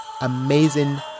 amazing